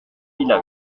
villa